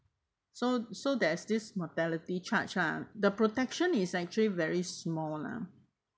so so there is this mortality charge lah the protection is actually very small one ah